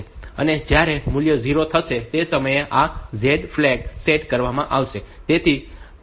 અને જ્યારે મૂલ્ય 0 થશે તે સમયે આ Z ફ્લેગ સેટ કરવામાં આવશે